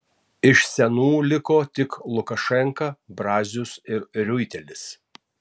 iš senų liko tik lukašenka brazius ir riuitelis